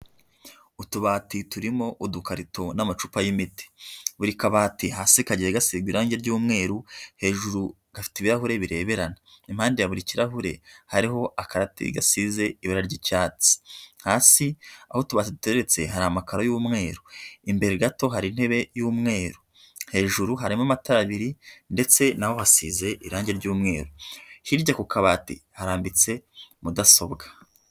Utubati turimo udukarito n'amacupa y'imiti, buri kabati hasi kagiye gasigwa irangi ry'umweru hejuru gafite ibirahure bireberana, impande ya buri kirahure hariho akarate gasize ibara ry'icyatsi, hasi aho utubati duteretse hari amakaro y'umweru, imbere gato hari intebe y'umweru, hejuru harimo amatara abiri ndetse na ho hasize irangi ry'umweru, hirya ku kabati harambitse mudasobwa.